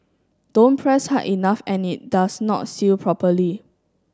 don't press hard enough and it does not seal properly